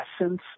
essence